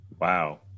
Wow